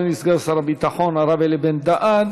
אדוני סגן שר הביטחון הרב אלי בן-דהן,